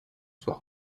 soit